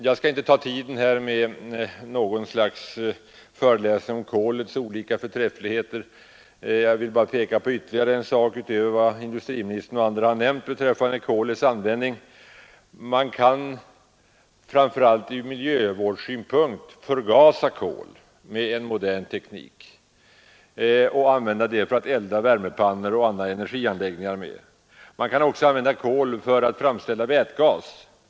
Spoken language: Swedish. Jag skall inte ta tiden i anspråk med något slags föreläsning om kolets förträfflighet i olika hänseenden utan vill bara peka på ytterligare en sak utöver vad industriministern och andra har nämnt beträffande kolets användning. Man kan, framför allt från miljövårdssynpunkt, förgasa kolet med en modern teknik och använda det för att elda värmepannor och andra energianläggningar. Man kan också använda kol för att framställa vätgas.